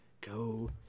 go